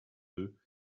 deux